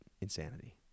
insanity